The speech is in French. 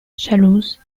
jalouse